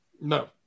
No